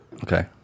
Okay